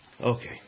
okay